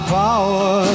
power